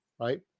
right